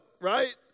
right